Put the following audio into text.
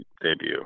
Debut